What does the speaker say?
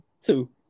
two